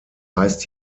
heißt